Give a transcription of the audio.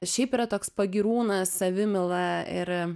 šiaip yra toks pagyrūnas savimyla ir